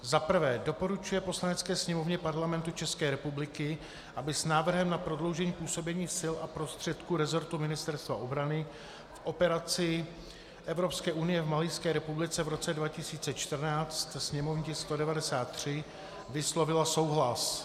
1. doporučuje Poslanecké sněmovně Parlamentu České republiky, aby s návrhem na prodloužení působení sil a prostředků resortu Ministerstva obrany v operaci Evropské unie v Malijské republice v roce 2014, sněmovní tisk 193, vyslovila souhlas;